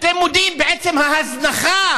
אתם מודים בעצם ההזנחה,